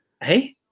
hey